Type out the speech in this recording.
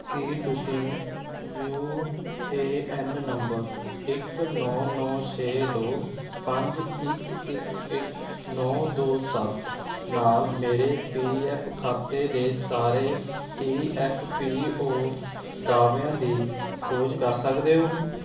ਕੀ ਤੁਸੀਂ U A N number ਇੱਕ ਨੌਂ ਨੌਂ ਛੇ ਦੋ ਪੰਜ ਇੱਕ ਇੱਕ ਇੱਕ ਨੌਂ ਦੋ ਸੱਤ ਨਾਲ ਮੇਰੇ ਪੀ ਐੱਫ ਖਾਤੇ ਦੇ ਸਾਰੇ ਈ ਐੱਫ ਪੀ ਓ ਦਾਅਵਿਆਂ ਦੀ ਖੋਜ ਕਰ ਸਕਦੇ ਹੋ